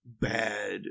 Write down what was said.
bad